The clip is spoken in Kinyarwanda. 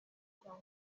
cyane